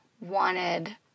wanted